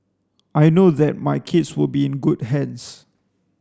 I know that my kids will be in good hands